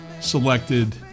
selected